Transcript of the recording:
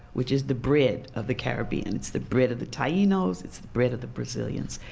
which is the bread of the caribbean. it's the bread of the tainos, it's the bread of the brazilians.